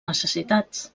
necessitats